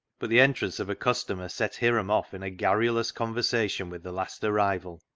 but the entrance of a customer set hiram off in a garrulous conversation with the last arrival,